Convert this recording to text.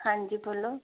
ਹਾਂਜੀ ਬੋਲੋ